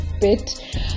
bit